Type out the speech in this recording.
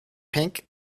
pink